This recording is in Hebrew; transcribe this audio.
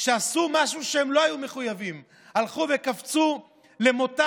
שעשו משהו שהם לא היו מחויבים: הלכו וקפצו למותם.